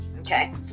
Okay